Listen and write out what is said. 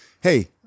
hey